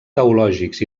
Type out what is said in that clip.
teològics